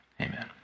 Amen